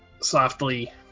softly